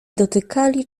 dotykali